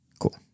Cool